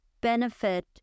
benefit